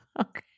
Okay